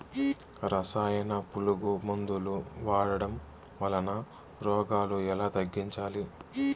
రసాయన పులుగు మందులు వాడడం వలన రోగాలు ఎలా తగ్గించాలి?